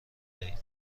دهید